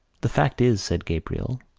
the fact is, said gabriel,